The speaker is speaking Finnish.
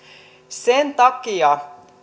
sen takia